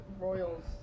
Royals